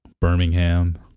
Birmingham